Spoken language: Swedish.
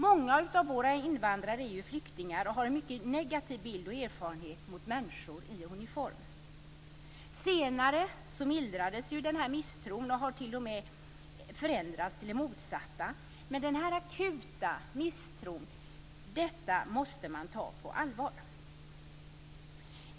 Många av våra invandrare är ju flyktingar och har en mycket negativ bild och erfarenhet av människor i uniform. Senare mildrades ju den här misstron, och den har t.o.m. förändrats till det motsatta. Men man måste ta den akuta misstron på allvar.